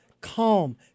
calm